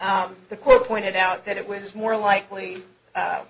of the court pointed out that it was more likely